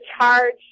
charge